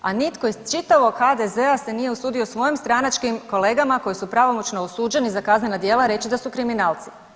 A nitko iz čitavog HDZ-a se nije usudio svojim stranačkim kolegama koji su pravomoćno osuđeni za kaznena djela reći da su kriminalci.